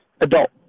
adult